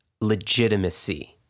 legitimacy